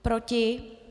Proti?